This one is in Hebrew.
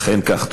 אכן כך.